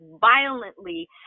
violently